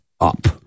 up